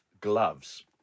gloves